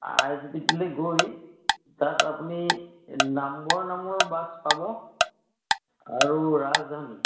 আই S B টিলৈ গৈ তাত আপুনি নামবৰ নামৰ বাছ পাব আৰু ৰাজধানী